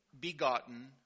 begotten